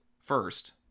first